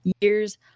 years